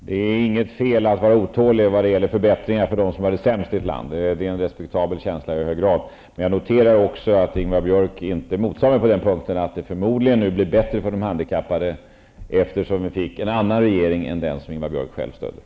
Herr talman! Det är inget fel att vara otålig när det gäller förbättringar för dem som har det sämst ställt i ett land. Det är en i hög grad respektabel inställning. Jag noterade också att Ingvar Björk inte kritiserade mitt uttalande att det förmodligen blir bättre för de handikappade sedan det blivit en annan regering än den som Ingvar Björk stödde.